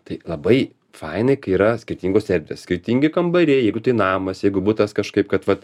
tai labai fainai yra skirtingos erdvės skirtingi kambariai jeigu tai namas jeigu butas kažkaip kad vat